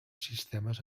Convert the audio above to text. sistemes